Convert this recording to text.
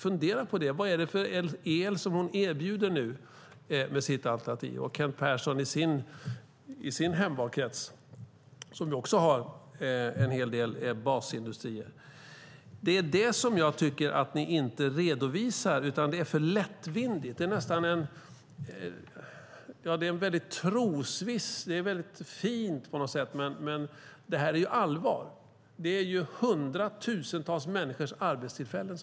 Fundera på det. Vilken el är det som Ann-Kristine Johansson erbjuder med sitt alternativ? Vilken el är det som Kent Persson erbjuder i sin hemvalkrets som också har en hel del basindustrier? Jag tycker inte att ni redovisar detta. Det är för lättvindigt. Det är mycket trosvisst och fint på något sätt. Men detta är allvar. Det handlar om hundratusentals människors arbetstillfällen.